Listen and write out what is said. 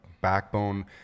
backbone